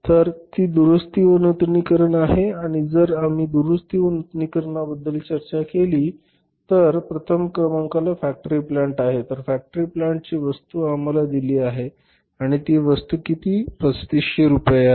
तर ती दुरुस्ती व नूतनीकरण आहे आणि जर आपण दुरुस्ती व नूतनीकरणाबद्दल चर्चा केली तर प्रथम क्रमांकाला फॅक्टरी प्लांट आहे तर फॅक्टरी प्लांटची वस्तू आम्हाला दिली आहे आणि ती वस्तू किती 3500 रुपये आहे